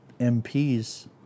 MPs